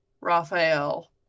Raphael